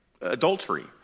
Adultery